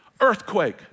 Earthquake